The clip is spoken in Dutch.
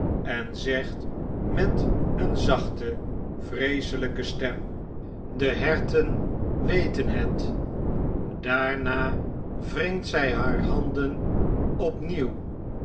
en zegt met een zachte vreeselijke stem de herten weten het daarna wringt zy haar handen opnieuw